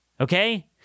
Okay